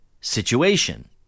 situation